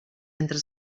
entre